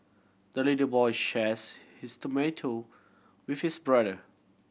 the little boy shares his tomato with his brother